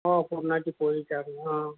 हो पुरणाची पोळी चारही हा